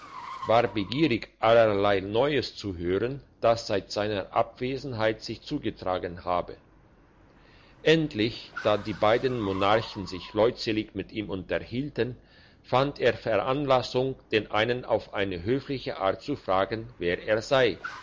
war begierig allerlei neues zu hören das seit seiner abwesenheit sich zugetragen habe endlich da die beiden monarchen sich leutselig mit ihm unterhielten fand er veranlassung den einen auf eine höfliche art zu fragen wer er sei